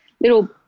little